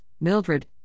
Mildred